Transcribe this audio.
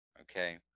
Okay